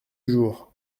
jour